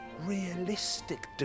realistic